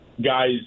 guys –